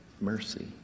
mercy